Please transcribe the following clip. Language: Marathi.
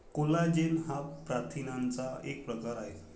कोलाजेन हा प्रथिनांचा एक प्रकार आहे